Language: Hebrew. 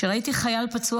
כל אחד והפציעה שלו.